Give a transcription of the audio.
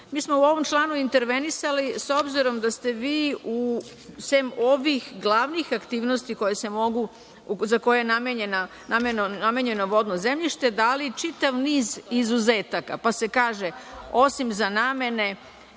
smo u ovom članu intervenisali s obzirom da ste vi, sem ovih glavni aktivnosti za koje je namenjeno vodno zemljište, dali čitav niz izuzetaka, pa se kaže, osim za namene